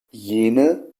jene